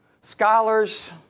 scholars